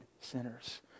sinners